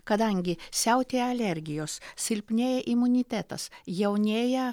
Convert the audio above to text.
kadangi siautėja alergijos silpnėja imunitetas jaunėja